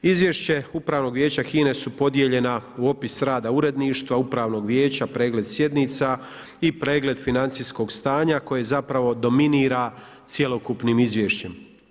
Izvješća Upravnog vijeća HINA-e su podijeljena u opis rada uredništva, upravnog vijeća, pregled sjednica i pregled financijskog stanja koje zapravo, dominira cjelokupnim izvješćem.